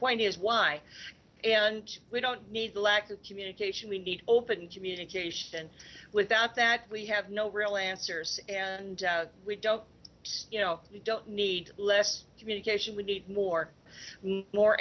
point is why and we don't need the lack of communication we need open communication without that we have no real answers and we don't you know we don't need less communication we need more